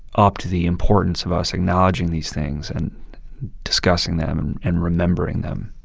upped the importance of us acknowledging these things and discussing them and and remembering them